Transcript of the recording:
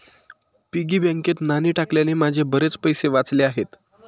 piggy बँकेत नाणी टाकल्याने माझे बरेच पैसे वाचले आहेत